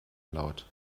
laut